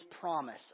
promise